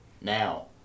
Now